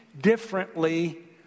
differently